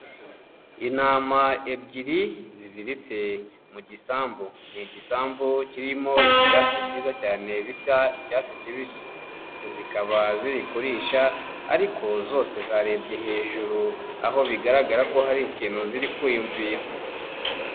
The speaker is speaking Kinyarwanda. Intama ebyiri ziziritse mu gisambu, ni igisambu kirimo ibyatsi byiza cyane bisa icyatsi kibisi, zikaba ziri kurisha ariko zose zarebye hejuru, aho bigaragara ko hari ikintu ziri kwiyumvira.